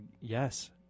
yes